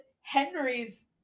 Henry's